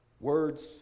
Words